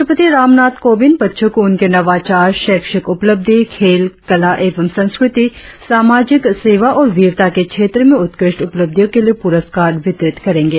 राष्ट्रपति रामनाथ कोविंद बच्चों को उनके नवाचार शैक्षिक उपलब्धि खेल कला एवं संस्कृति सामाजिक सेवा और वीरता के क्षेत्र में उत्कृष्ट उपलब्धियों के लिए पुरस्कार वितरित करेंगे